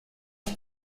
ich